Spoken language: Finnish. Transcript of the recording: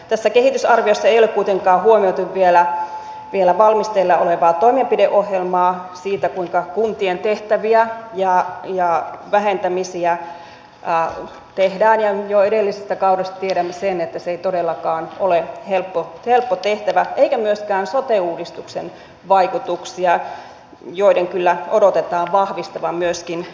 tässä kehitysarviossa ei ole kuitenkaan huomioitu vielä valmisteilla olevaa toimenpideohjelmaa siitä kuinka kuntien tehtäviä ja vähentämisiä tehdään ja jo edellisestä kaudesta tiedämme että se ei todellakaan ole helppo tehtävä eikä myöskään sote uudistuksen vaikutuksia joiden kyllä odotetaan vahvistavan myöskin kuntataloutta